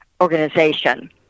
organization